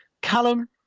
Callum